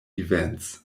events